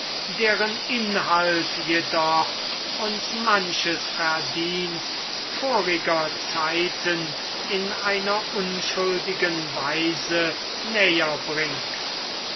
deren inhalt jedoch uns manches verdienst voriger zeiten in einer unschuldigen weise näher bringt